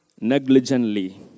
negligently